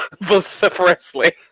vociferously